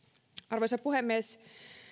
arvoisa puhemies